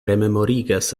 rememorigas